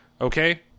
okay